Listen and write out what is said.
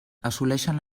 assoleixen